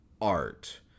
art